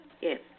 Yes